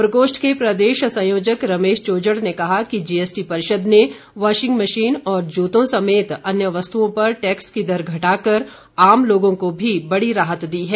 प्रकोष्ठ के प्रदेश संयोजक रमेश चोजड़ ने कहा कि जीएसटी परिषद ने वॉशिंग मशीन और जूतों समेत अन्य वस्तुओं पर टैक्स की दर घटाकर आम लोगों को भी बड़ी राहत दी है